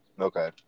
Okay